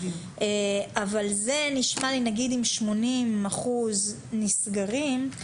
אבל נשמע לי שאם 80% נסגרים,